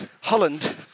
Holland